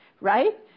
right